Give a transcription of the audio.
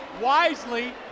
wisely